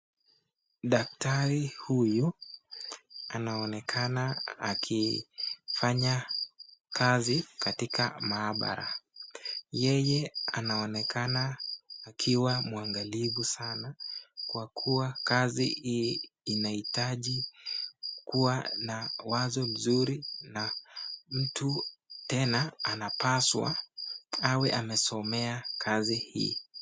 Daktari huyu anaonekana akifanya kazi katika maabara, yeye anaonekana akiwa mwangalifu sana kwa kuwa kazi hii inahitaji kuwa na wazo nzuri na mtu tena anapaswa awe amesomea kazi hii.